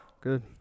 Good